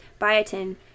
biotin